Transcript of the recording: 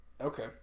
Okay